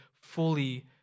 fully